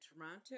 Toronto